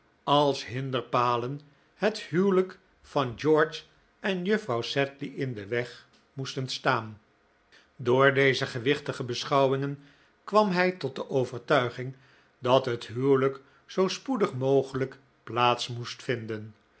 als hinderpalen het huwelijk van george en juffrouw sedley in den weg moesten staan door deze gewichtige beschouwingen kwam hij tot de overtuiging dat het huwelijk zoo spoedig mogelijk plaats moest vinden